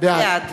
בעד